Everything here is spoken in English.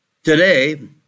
Today